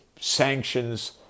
sanctions